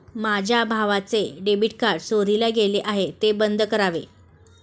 माझ्या भावाचं debit card चोरीला गेलं आहे, ते बंद करावे